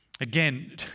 Again